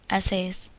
essays.